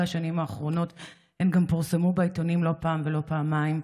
השנים האחרונות הן גם פורסמו בעיתונים לא פעם ולא פעמיים,